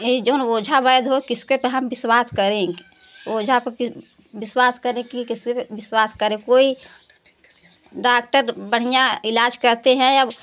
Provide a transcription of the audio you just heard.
ई जवन ओझा वैद्य हो किसके पर हम विश्वास करें ओझा पर विश्वास करें कि किसी पर विश्वास करें कोई डाक्टर बढ़िया इलाज़ करते हैं अब